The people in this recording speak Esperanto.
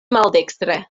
maldekstre